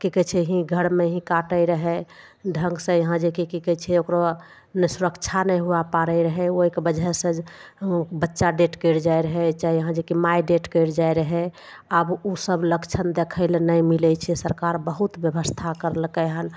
कि कहय छै ही घरमे ही काटय रहय ढङ्गसँ यहाँ जेकि कि कहय छै ओकरो ने सुरक्षा नहि होवऽ पारय रहय ओइके वजहसँ बच्चा डेथ करि जाइ रहय चाहे यहाँ जे कि माय डेथ करि जाइ रहय आब उ सब लक्ष्ण देखेलए नहि मिलय छै सरकार बहुत व्यवस्था करलकय हन